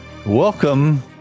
Welcome